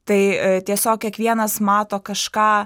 tai tiesiog kiekvienas mato kažką